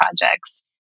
projects